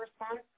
response